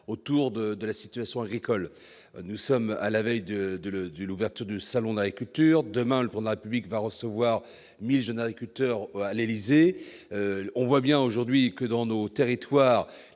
autour de de la situation agricole, nous sommes à la veille de de du l'ouverture du salon Nike demain pour la République, va recevoir 1000 jeunes agriculteurs à l'Élysée, on voit bien aujourd'hui que dans nos territoires,